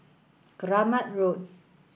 Keramat Road